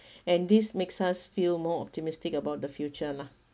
and this makes us feel more optimistic about the future lah